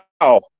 wow